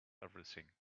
everything